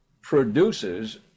produces